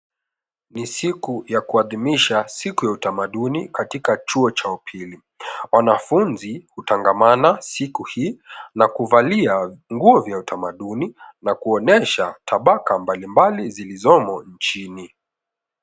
Ni siku ya kuadhimisha siku ya utamaduni katika chuo cha upili. Wanafunzi hutangamana siku hii na kuvalia nguo vya utamaduni na kuonyesha tabaka mbalimbali zilizomo nchini.